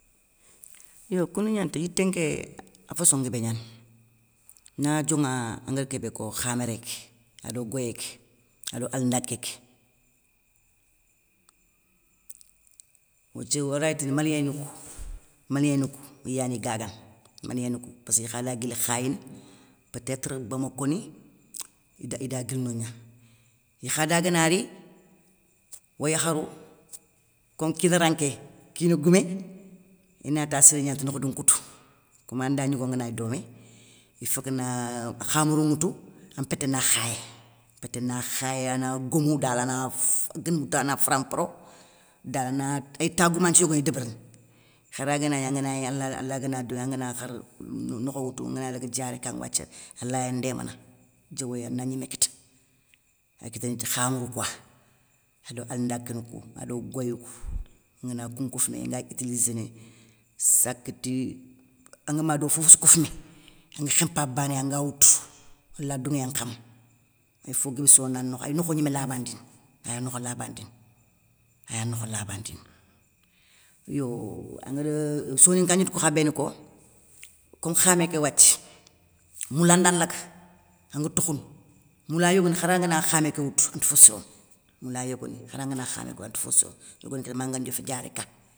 Yo koundou gnani ta, yité nké afosso nguébé gnani. Na dioŋa angari kébé ko khaméré ké. ado goyé ké, ado alindaké ké. Wathia oraytini malieni kou, malieni kou iyani gagana, malieni kou passkeu ikha day guili khayni, peu tétre bamako ni, ida guili nogna. Ikha dagana ri, o yakharou, konkirara nké kina goumé, inata siré gnani ti noukhoudou nkoutou koman nda gnigo nganagni domé ifokana khamarou ŋwoutou an mpété na khayé, an mpété na khayé ana gomou dal ana gueum ta ana faramparo, dana ay tagoumanthiou yogoni débérini, khara ganagna angana gni ala agana dounŋé angana kharr nokhowoutou ngana daga diaré ka nŋa wathia ala ya ndémana diowoyé ana gnimé kita, ay kiténé ti khamoroukouwa. Ado alindake romou ado goyou kou angana koun kofoumé, anga utiliséné, sakti angama do fofossou kofmé angue khémpabané ya anga woutou, ala dounŋéyé nkama ay fo guébé sirona nokho, ay nokho gnimé laba ndini ay nokho labandini, ay nokho labandini. Yo angari soninka gnitou kou kha béni ko, kom khamé ké wathie, moula nda laga, an tokhounou, moula yogoni khara ngana khamé ké woutou anti fo sirono, moula yogoni khara ngana khamé ké woutou anti fo sirono, yogoni tél manga ndiofé diaréka.